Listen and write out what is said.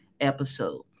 episode